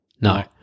No